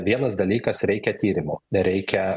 vienas dalykas reikia tyrimų reikia